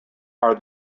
are